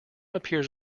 appears